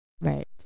Right